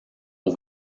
aux